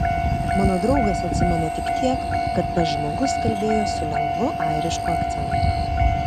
mano draugas atsimena tik tiek kad tas žmogus kalbėjo su lengvu airišku akcentu